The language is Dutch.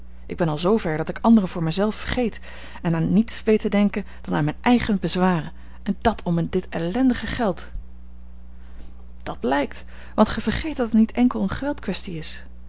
ik ben al zoo ver dat ik anderen voor mij zelven vergeet en aan niets weet te denken dan aan mijne eigene bezwaren en dat om dit ellendig geld dat blijkt want gij vergeet dat het niet enkel eene geldkwestie is